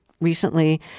recently